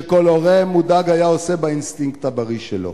שכל הורה מודאג היה עושה באינסטינקט הבריא שלו.